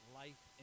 life